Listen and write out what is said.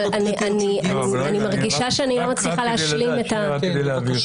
אבל אני מרגישה שאני לא מצליחה להשלים --- רק כדי להבהיר,